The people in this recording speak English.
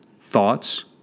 thoughts